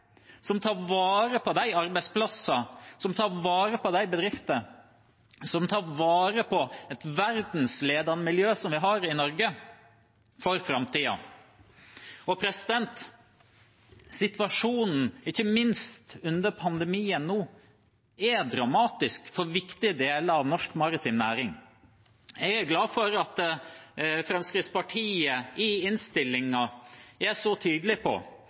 som tar vare på de arbeidsplassene, som tar vare på de bedriftene, og som tar vare på et verdensledende miljø som vi har i Norge, for framtiden. Situasjonen, ikke minst under pandemien nå, er dramatisk for viktige deler av norsk maritim næring. Jeg er glad for at Fremskrittspartiet i innstillingen er så tydelig på